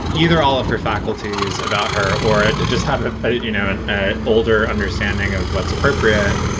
either all of her faculties about her or just have, you know, an older understanding of what's appropriate.